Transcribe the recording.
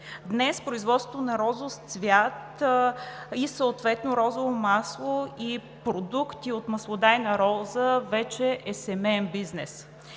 Днес производството на розов цвят и съответно розово масло и продукти от маслодайна роза вече е семеен бизнес